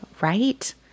right